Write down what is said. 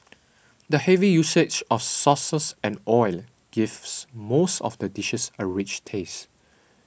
the heavy usage of sauces and oil gives most of the dishes a rich taste